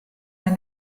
men